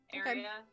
area